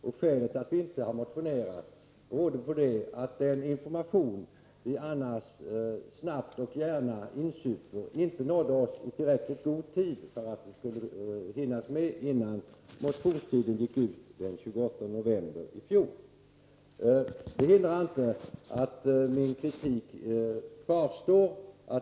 Skälet till att vi inte motionerade är att den information som vi annars snabbt och gärna insuper inte nådde oss i tillräckligt god tid för att vi skulle kunna motionera innan motionstiden gick ut den 28 november i fjol. Det hindrar dock inte att min kritik kvarstår.